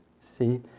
See